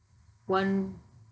one